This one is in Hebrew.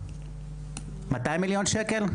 200 מיליון שקלים?